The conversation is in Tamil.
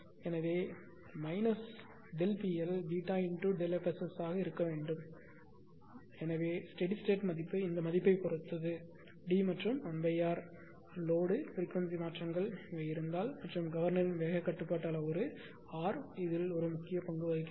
எனவே PL FSS ஆக இருக்கும் எனவே ஸ்டெடி ஸ்டேட் மதிப்பு இந்த மதிப்பைப் பொறுத்தது D மற்றும் 1 R லோடு ஐ பிரிக்வன்சி மாற்றங்கள இருந்தால் மற்றும் கவர்னரின் வேக கட்டுப்பாடு அளவுரு R ஒரு முக்கியப் பங்கு வகிக்கிறது